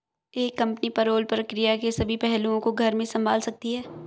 एक company payroll प्रक्रिया के सभी पहलुओं को घर में संभाल सकती है